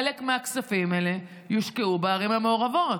חלק מהכספים האלה יושקעו בערים המעורבות.